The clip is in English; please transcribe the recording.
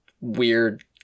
weird